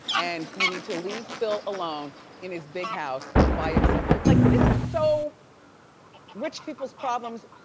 and you need to leave phil alone in his big house by himself. like this is so rich people's problems.